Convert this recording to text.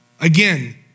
Again